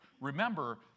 Remember